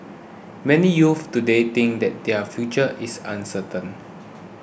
many youths today think that their future is uncertain